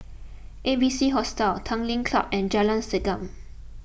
A B C Hostel Tanglin Club and Jalan Segam